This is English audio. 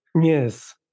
Yes